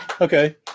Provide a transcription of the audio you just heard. Okay